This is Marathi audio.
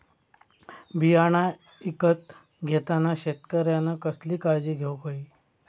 बियाणा ईकत घेताना शेतकऱ्यानं कसली काळजी घेऊक होई?